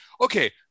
okay